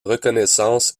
reconnaissance